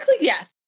yes